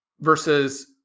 versus